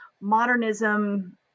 modernism